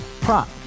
prop